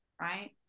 Right